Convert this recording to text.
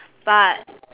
but